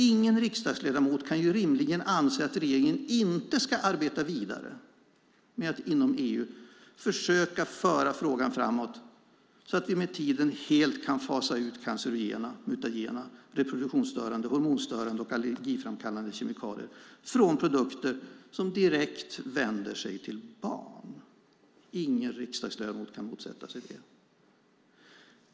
Ingen riksdagsledamot kan ju rimligen anse att regeringen inte ska arbeta vidare med att inom EU försöka föra frågan framåt, så att vi med tiden helt kan fasa ut cancerogena, mutagena, reproduktionsstörande, hormonstörande och allergiframkallande kemikalier från produkter som direkt vänder sig till barn. Ingen riksdagsledamot kan motsätta sig det.